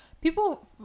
people